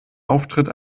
auftritt